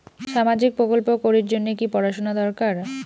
সামাজিক প্রকল্প করির জন্যে কি পড়াশুনা দরকার?